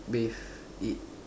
bathe eat